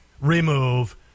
remove